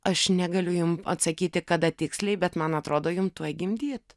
aš negaliu jums atsakyti kada tiksliai bet man atrodo jum tuoj gimdyt